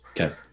Okay